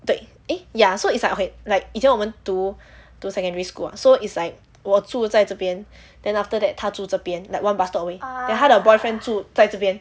对 eh ya so it's like okay 以前我们读读 secondary school [what] so it's like 我住在这边 then after that 她住这边 like one bus stop away then 她的 boyfriend 住在这边